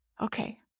Okay